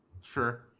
Sure